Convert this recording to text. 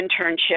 internship